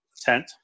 tent